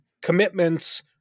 commitments